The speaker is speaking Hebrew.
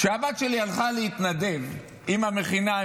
כשהבת שלי הלכה להתנדב עם המכינה,